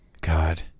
God